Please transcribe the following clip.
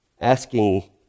asking